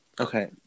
Okay